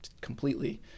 completely